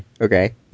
Okay